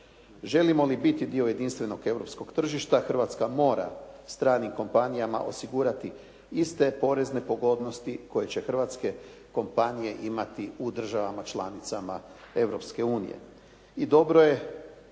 Želimo li biti dio jedinstvenog europskog tržišta, Hrvatska mora stranim kompanijama osigurati iste porezne pogodnosti koje će hrvatske kompanije imati u državama članicama Europske